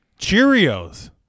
Cheerios